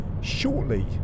shortly